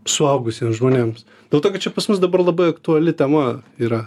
suaugusiems žmonėms dėl to kad čia pas mus dabar labai aktuali tema yra